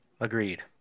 Agreed